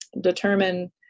determine